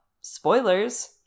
spoilers